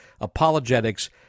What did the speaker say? Apologetics